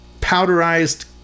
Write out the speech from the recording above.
powderized